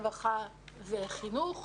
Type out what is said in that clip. רווחה וחינוך,